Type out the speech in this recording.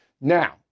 Now